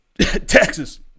Texas